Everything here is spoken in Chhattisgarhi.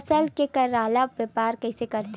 फसल के गल्ला व्यापार कइसे करथे?